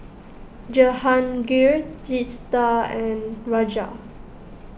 Jehangirr Teesta and Raja